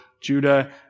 Judah